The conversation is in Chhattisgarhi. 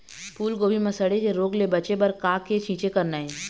फूलगोभी म सड़े के रोग ले बचे बर का के छींचे करना ये?